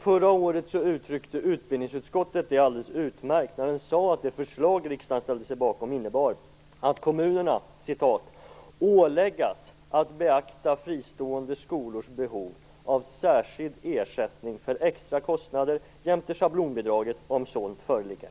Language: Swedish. Förra året uttryckte utbildningsutskottet detta alldeles utmärkt när man sade att det förslag riksdagen ställde sig bakom innebar att kommunerna åläggas att beakta fristående skolors behov av särskild ersättning för extra kostnader jämte schablonbidraget om sådant föreligger.